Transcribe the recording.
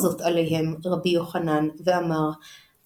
מנהג המקום ומנהגי אבות מנהג אבות מוזכר בתלמוד בהקשר של מנהג